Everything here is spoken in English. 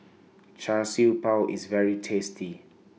Char Siew Bao IS very tasty